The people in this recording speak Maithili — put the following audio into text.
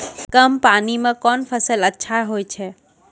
कम पानी म कोन फसल अच्छाहोय छै?